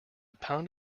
pound